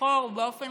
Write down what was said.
לבחור באופן